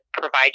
provide